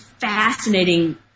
fascinating